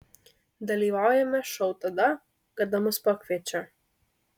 dalyvaujame šou tada kada mus pakviečia